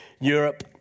Europe